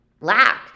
lack